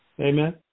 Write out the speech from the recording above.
Amen